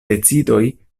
decidoj